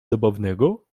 zabawnego